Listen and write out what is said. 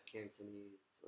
Cantonese